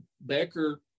Becker